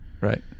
right